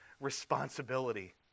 responsibility